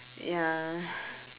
ya